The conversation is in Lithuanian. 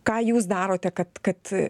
ką jūs darote kad kad